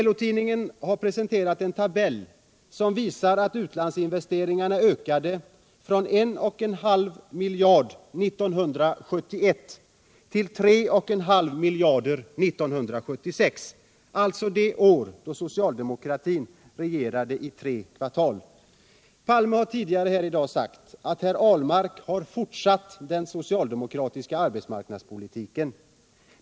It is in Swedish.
LO-tidningen har presenterat en tabell som visar att utlandsinvesteringarna ökade från 1,5 miljarder kronor 1971 till 3,5 miljarder kronor 1976 — alltså det år då socialdemokraterna regerade i tre kvartal. Olof Palme har tidigare här i dag sagt att herr Ahlmark har fortsatt den socialdemokratiska arbetsmarknadspolitiken.